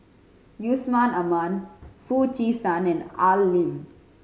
Yusman Aman Foo Chee San and Al Lim